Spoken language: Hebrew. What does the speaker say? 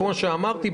כמו שאמרתי,